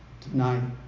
tonight